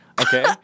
Okay